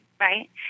right